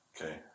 Okay